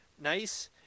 nice